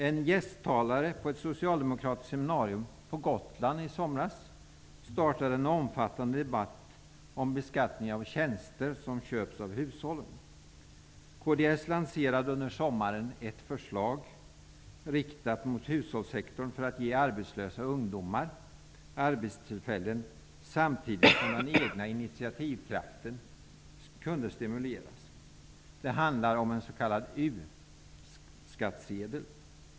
En gästtalare på ett socialdemokratiskt seminarium på Gotland i somras startade en omfattande debatt om beskattningen av tjänster som köps av hushållen. Kds lanserade under sommaren ett förslag riktat mot hushållssektorn för att ge arbetslösa ungdomar arbetstillfällen samtidigt som den egna initiativkraften kunde stimuleras. Det handlar om en s.k. u-skattsedel.